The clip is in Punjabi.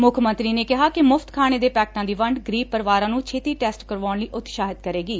ਮੁੱਖ ਮੰਤਰੀ ਨੇ ਕਿਹਾ ਕਿ ਮੁਫਤ ਖਾਣੇ ਦੇ ਪੈਕਟਾਂ ਦੀ ਵੰਡ ਗਰੀਬ ਪਰਿਵਾਰਾਂ ਨੂੰ ਛੇਤੀ ਟੈਸਟ ਕਰਵਾਉਣ ਲਈ ਉਤਸ਼ਾਹਿਤ ਕਰੇਗੀ